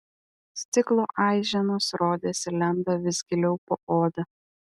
stiklo aiženos rodėsi lenda vis giliau po oda